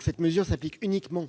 Cette mesure s'applique uniquement